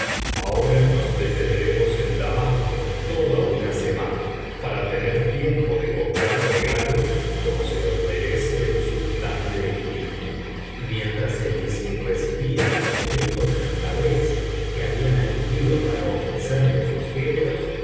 ahora nos detendremos en damasco toda una semana para tener toaro ii c biblioteca valenciana generalitat valenciana las mil noches y una noche tiempo ele comprar regalos como se loe merece el sultán de egipto y mientras el visir recibía á los ricos mercaderes que habían acudido para ofrecerle sus géneros